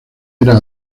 era